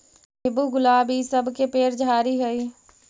नींबू, गुलाब इ सब के पेड़ झाड़ि हई